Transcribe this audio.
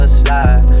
slide